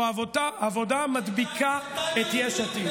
או העבודה מדביקה את יש עתיד?